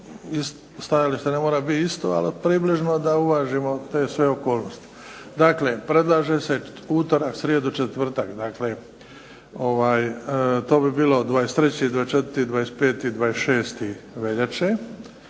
stajalište ne mora biti isto, ali približno da uvažimo te sve okolnosti. Dakle, predlaže se utorak, srijeda, četvrtak dakle to bi bilo 23.,24., 25. i 26. veljače